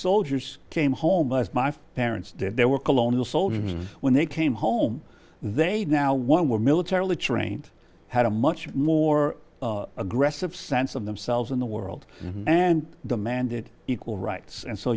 soldiers came home as my for parents did they were colonial soldiers when they came home they now one were militarily trained had a much more aggressive sense of themselves in the world and demanded equal rights and so